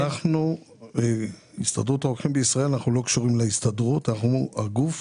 אנחנו הגוף